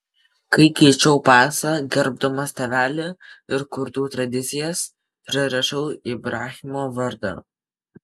kai keičiau pasą gerbdamas tėvelį ir kurdų tradicijas prirašiau ibrahimo vardą